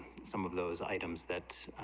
some of those items that's,